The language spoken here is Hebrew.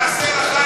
שר התקשורת יעשה לך,